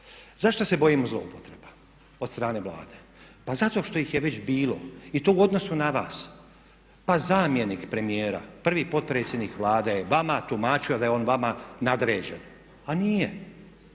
Zašto se bojimo zloupotreba od strane Vlade? Pa zato što ih je već bilo i to u odnosu na vas, pa zamjenik premijera, prvi potpredsjednik Vlade je vama tumačio da je on vama nadređen a nije.